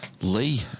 Lee